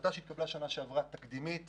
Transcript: החלטה תקדימית